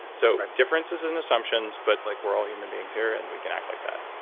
so, differences in assumptions, but like we're all human beings here and we can act like that.